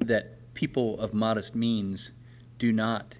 that people of modest means do not,